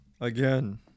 Again